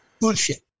bullshit